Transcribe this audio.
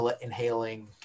inhaling